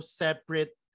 separate